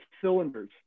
cylinders